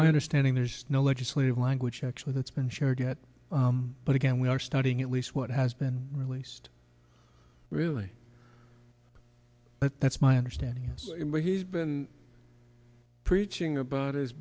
my understanding there's no legislative language actually that's been shared yet but again we are studying at least what has been released really but that's my understanding yes but he's been preaching about i